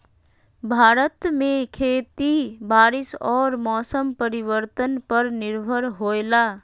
भारत में खेती बारिश और मौसम परिवर्तन पर निर्भर होयला